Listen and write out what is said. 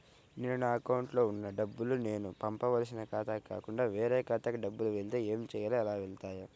నేను నా అకౌంట్లో వున్న డబ్బులు నేను పంపవలసిన ఖాతాకి కాకుండా వేరే ఖాతాకు డబ్బులు వెళ్తే ఏంచేయాలి? అలా వెళ్తాయా?